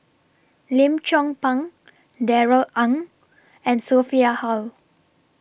Lim Chong Pang Darrell Ang and Sophia Hull